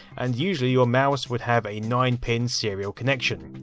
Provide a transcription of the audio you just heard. and usually your mouse would have a nine pin serial connection.